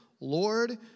Lord